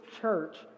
church